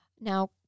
Now